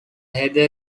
heather